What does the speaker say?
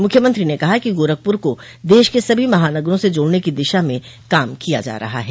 मुख्यमंत्री ने कहा कि गोरखपुर को देश के सभी महानगरों से जोड़ने की दिशा में काम किया जा रहा है